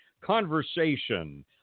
conversation